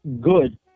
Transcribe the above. Good